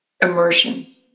Immersion